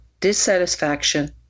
dissatisfaction